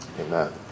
Amen